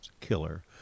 killer